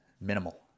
minimal